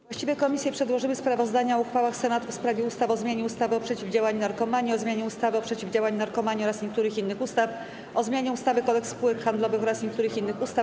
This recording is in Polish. Właściwe komisje przedłożyły sprawozdania o uchwałach Senatu w sprawie ustaw: - o zmianie ustawy o przeciwdziałaniu narkomanii, - o zmianie ustawy o przeciwdziałaniu narkomanii oraz niektórych innych ustaw, - o zmianie ustawy - Kodeks spółek handlowych oraz niektórych innych ustaw.